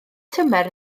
tymer